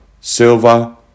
silver